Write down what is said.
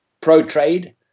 pro-trade